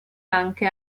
anche